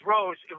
Rose